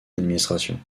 d’administration